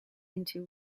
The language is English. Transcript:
into